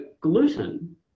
gluten